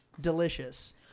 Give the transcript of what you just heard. Delicious